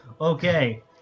Okay